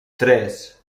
tres